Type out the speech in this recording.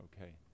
Okay